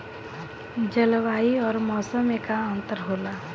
जलवायु और मौसम में का अंतर होला?